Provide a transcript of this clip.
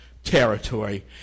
territory